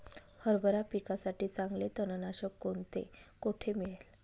हरभरा पिकासाठी चांगले तणनाशक कोणते, कोठे मिळेल?